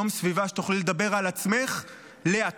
יום סביבה שבו תוכלי לדבר על עצמך לעצמך,